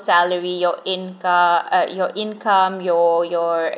salary your inc~ uh your income your your